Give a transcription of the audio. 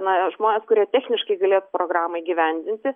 na žmonės kurie techniškai galėtų programą įgyvendinti